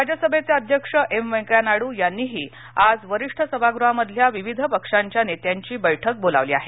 राज्यसभेचे अध्यक्ष एम व्यंकय्या नायडू यांनीही आज वरिष्ठ सभागृहामधल्या विविध पक्षांच्या नेत्यांची बरुक्क बोलावली आहे